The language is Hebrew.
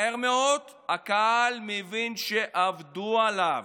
מהר מאוד הקהל מבין שעבדו עליו.